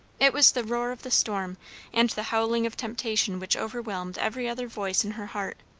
it was the roar of the storm and the howling of temptation which overwhelmed every other voice in her heart.